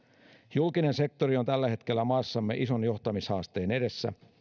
julkinen sektori on tällä hetkellä maassamme ison johtamishaasteen edessä